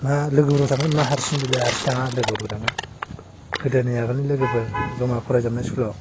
मा लोगोफोरबो थांगोन मा हारसिं बेलाय हारसिं थाङा लोगोफोरबो थांगोन गोदोनि आगोलनि लोगोफोर जमा फरायजोबनाय स्कुलआव